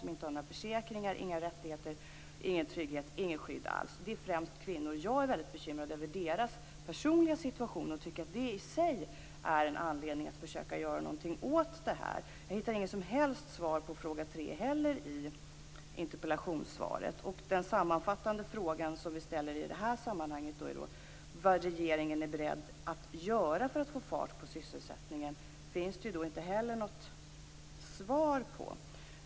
De har inga försäkringar, inga rättigheter, ingen trygghet, inget skydd alls. Främst gäller det kvinnor. Jag är väldigt bekymrad över deras personliga situation och tycker att den i sig är en anledning att försöka göra någonting åt det här. Jag hittar inget som helst svar på fråga 3 heller i interpellationssvaret. Den sammanfattande fråga som vi ställer i det här sammanhanget, vad regeringen är beredd att göra för att få fart på sysselsättningen, finns det inte heller något svar på.